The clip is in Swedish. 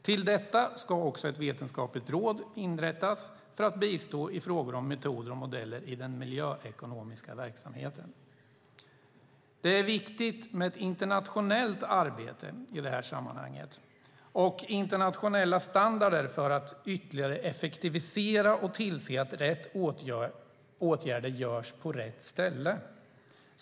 Till detta ska också ett vetenskapligt råd inrättas för att bistå i frågor om metoder och modeller i den miljöekonomiska verksamheten. Det är viktigt med ett internationellt arbete och internationella standarder i det här sammanhanget för att ytterligare effektivisera och tillse att rätt åtgärder vidtas på rätt ställe.